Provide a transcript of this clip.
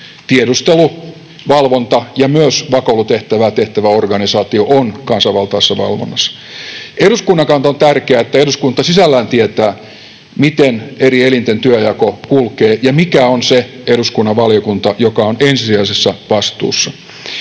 tiedustelu-, valvonta- ja myös vakoilutehtävään tehtävä organisaatio on kansanvaltaisessa valvonnassa. Eduskunnan kannalta on tärkeää, että eduskunta sisällään tietää, miten eri elinten työnjako kulkee ja mikä on se eduskunnan valiokunta, joka on ensisijaisessa vastuussa.